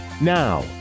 Now